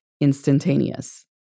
instantaneous